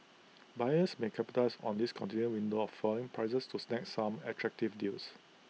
buyers may capitalise on this continued window of falling prices to snag some attractive deals